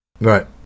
Right